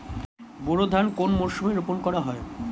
বোরো ধান কোন মরশুমে রোপণ করা হয়?